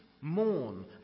mourn